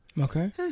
Okay